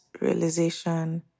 realization